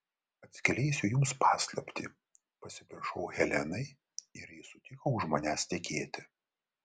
atskleisiu jums paslaptį pasipiršau helenai ir ji sutiko už manęs tekėti